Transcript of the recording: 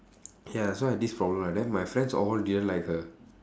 ya so I have this problem right then my friends all didn't like her